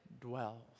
dwells